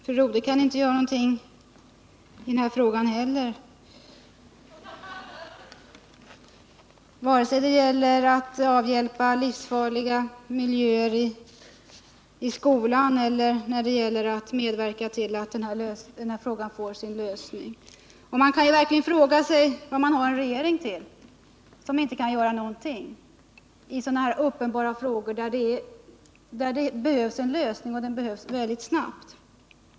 Herr talman! Fru Rodhe kan inte göra någonting — vare sig det gäller att avhjälpa livsfarliga miljöer i skolan eller att medverka till att denna fråga får sin lösning. Man kan verkligen fråga sig vad vi har en regering till, som inte kan göra någonting i frågor där det uppenbarligen behövs en lösning och det mycket snabbt.